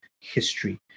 history